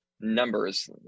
numbers